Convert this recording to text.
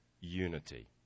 unity